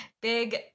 big